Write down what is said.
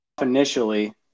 Initially